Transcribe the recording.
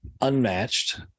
unmatched